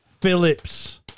Phillips